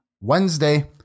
Wednesday